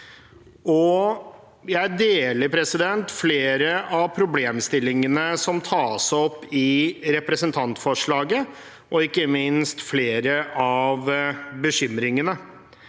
Jeg deler flere av problemstillingene som tas opp i representantforslaget, ikke minst flere av bekymringene.